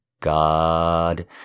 god